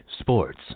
sports